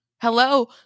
Hello